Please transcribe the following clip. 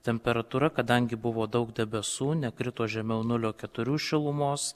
temperatūra kadangi buvo daug debesų nekrito žemiau nulio keturių šilumos